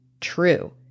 true